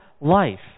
life